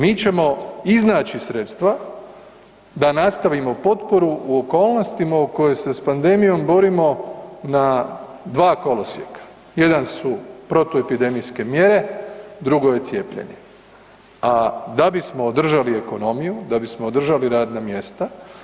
Mi ćemo iznaći sredstva da nastavimo potporu u okolnostima u kojoj se s pandemijom borimo na dva kolosjeka, jedan su protuepidemijske mjere, drugo je cijepljenje, a da bismo održali ekonomiju, da bismo održali radna mjesta.